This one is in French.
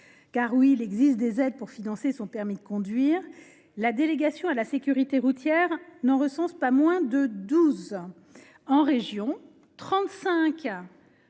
Oui, il existe des aides pour financer son permis de conduire. La délégation à la sécurité routière ne recense pas moins de douze dispositifs